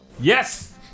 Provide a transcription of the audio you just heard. Yes